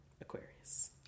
Aquarius